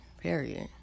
period